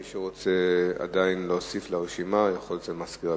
מי שרוצה להוסיף לרשימה יכול לעשות את זה אצל מזכיר הכנסת.